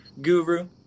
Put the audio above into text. Guru